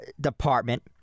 Department